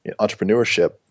entrepreneurship